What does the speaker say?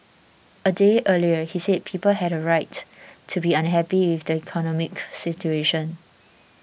a day earlier he said people had a right to be unhappy with the economic situation